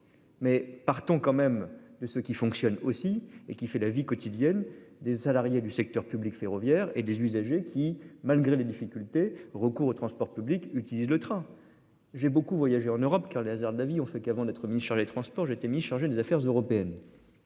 Mais partons quand même de ce qui fonctionne aussi et qui fait la vie quotidienne des salariés du secteur public ferroviaire et des usagers qui, malgré les difficultés recours aux transports publics utilisent le train, j'ai beaucoup voyagé en Europe car les hasards de la vie on fait qu'avant d'être mis sur les transports. J'ai été mis chargé des affaires européennes.